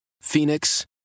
Phoenix